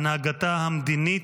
הנהגתה המדינית,